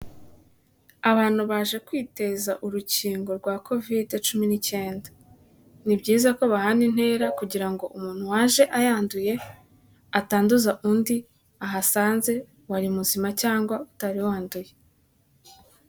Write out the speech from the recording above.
Abantu baje kwiteza urukingo rwa kovide cumi n'icyenda. Ni byiza ko bahana intera kugira ngo umuntu waje ayanduye, atanduza undi ahasanze wari muzima cyangwa utari wanduye.